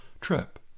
trip